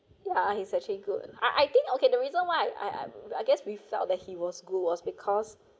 ya he's actually good I I think okay the reason why I I I guess we felt that he was glued was because